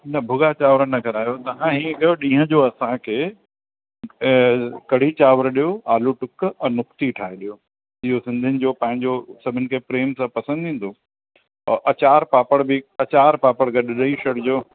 न भुॻा चांवर न करायो तव्हां ई कयो ॾींहं जो असांखे कढ़ी चांवर ॾियो आलू टुक और नुक्ती ठाहे ॾियो इहो सिंधियुनि जो पंहिंजो सभिनि खे प्रेम सां पसंदि ईंदो औ अचार पापड़ बि अचार पापड़ गॾु ॾई छॾिजो